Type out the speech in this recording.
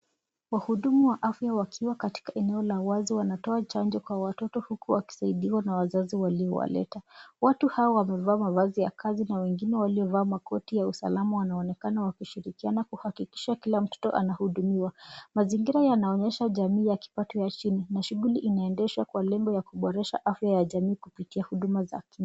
Wahudumu wa afya wakiwa katika eneo la wazi wanatoa chanjo kwa watoto huku wakisaidiwa na wazazi waliowaleta. Watu hawa wamevaa mavazi ya kazi na wengine waliovaa makoti ya usalama wanaonekana wakishirikiana kuhakikisha kila mtoto anahudumiwa. Mazingira yanaonyesha jamii ya kipato ya chini na shughuli inaendeshwa kwa lengo ya kuboresha afya ya jamii kupitia huduma zake.